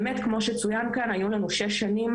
באמת כמו שצוין כאן היו לנו שש שנים